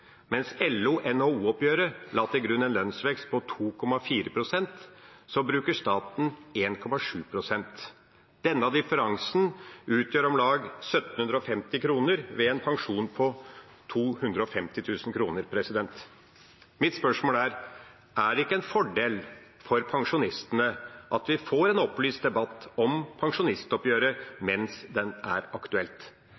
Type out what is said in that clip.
Mens LO–NHO-oppgjøret la til grunn en lønnsvekst på 2,4 pst., bruker staten 1,7 pst. Denne differansen utgjør om lag 1 750 kr ved en pensjon på 250 000 kr. Mitt spørsmål er: Er det ikke en fordel for pensjonistene at vi får en opplyst debatt om pensjonistoppgjøret